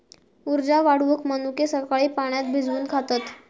उर्जा वाढवूक मनुके सकाळी पाण्यात भिजवून खातत